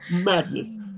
madness